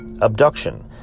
abduction